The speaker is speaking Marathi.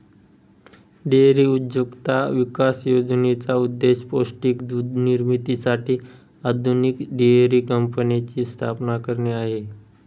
डेअरी उद्योजकता विकास योजनेचा उद्देश पौष्टिक दूध निर्मितीसाठी आधुनिक डेअरी कंपन्यांची स्थापना करणे आहे